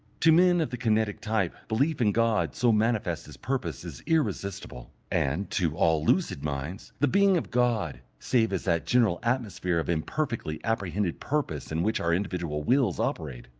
to men of the kinetic type belief in god so manifest as purpose is irresistible, and, to all lucid minds, the being of god, save as that general atmosphere of imperfectly apprehended purpose in which our individual wills operate,